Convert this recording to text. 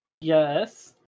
Yes